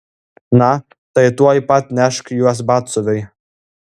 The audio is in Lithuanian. na tai tuoj pat nešk juos batsiuviui